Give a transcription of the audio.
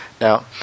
now